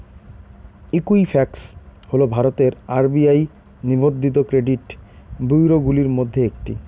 Equifax হল ভারতের RBI নিবন্ধিত ক্রেডিট ব্যুরোগুলির মধ্যে একটি